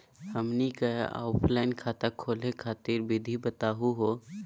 हमनी क ऑफलाइन खाता खोलहु खातिर विधि बताहु हो?